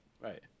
Right